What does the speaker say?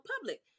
public